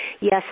yes